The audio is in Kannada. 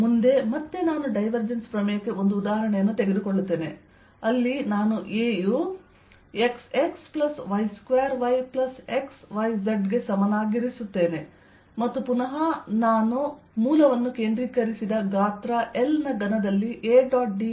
ಮುಂದೆ ಮತ್ತೆ ನಾನು ಡೈವರ್ಜೆನ್ಸ್ ಪ್ರಮೇಯಕ್ಕೆ ಒಂದು ಉದಾಹರಣೆಯನ್ನು ತೆಗೆದುಕೊಳ್ಳುತ್ತೇನೆ ಅಲ್ಲಿ ನಾನು A ಯು x x plus y2 y plus x y z ಗೆ ಸಮನಾಗಿರಿಸುತ್ತೇನೆ ಮತ್ತು ಪುನಃ ನಾನು ಮೂಲವನ್ನು ಕೇಂದ್ರೀಕರಿಸಿದ ಗಾತ್ರ L ನ ಘನದಲ್ಲಿ A